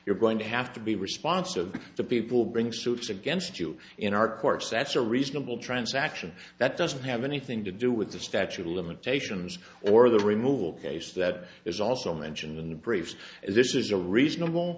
you're going to have to be responsive to people bring suits against you in our courts that's a reasonable transaction that doesn't have anything to do with the statute of limitations or the removal case that is also mentioned in the briefs is this is a reasonable